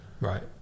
right